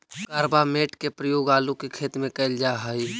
carbamate के प्रयोग आलू के खेत में कैल जा हई